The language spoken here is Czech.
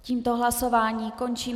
Tímto hlasování končím.